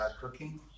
cooking